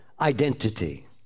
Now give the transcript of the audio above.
identity